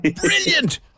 brilliant